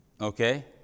okay